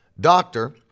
doctor